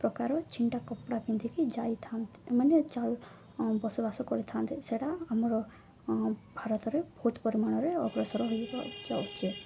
ପ୍ରକାର ଛିଟା କପଡ଼ା ପିନ୍ଧିକି ଯାଇଥାନ୍ତି ମାନେ ଚାଲ ବସବାସ କରିଥାନ୍ତି ସେଟା ଆମର ଭାରତରେ ବହୁତ ପରିମାଣରେ ଅଗ୍ରସର ହେଉଛି